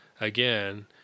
again